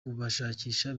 kubashakisha